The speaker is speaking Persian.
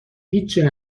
هیچی